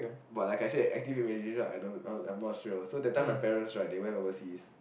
but like I said active imagination I don't know I'm not sure so that time my parents right they went overseas